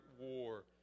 war